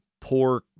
poor